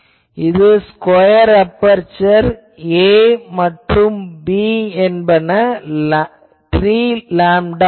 இது square aperture a மற்றும் b என்பன 3 லேம்டா ஆகும்